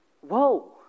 Whoa